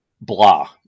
blah